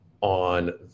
on